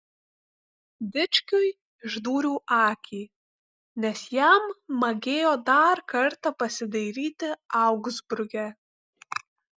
dičkiui išdūriau akį nes jam magėjo dar kartą pasidairyti augsburge